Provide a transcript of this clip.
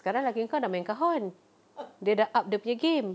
sekarang lelaki engkau sudah mainkan horn dia sudah up dia punya game